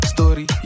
Story